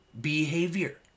behavior